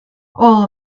all